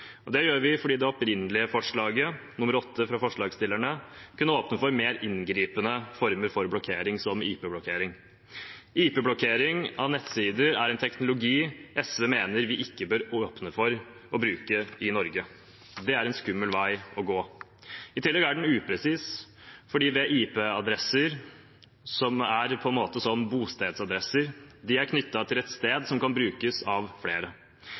Det gjør vi fordi det opprinnelige forslaget, nr. 8 fra forslagsstillerne, kunne åpne for mer inngripende former for blokkering – som IP-blokkering. IP-blokkering av nettsider er en teknologi SV mener vi ikke bør åpne for å bruke i Norge. Det er en skummel vei å gå. I tillegg er den upresis, fordi IP-adresser er som bostedsadresser – de er knyttet til et sted som kan brukes av flere.